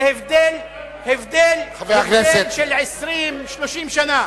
זה הבדל של 20 30 שנה.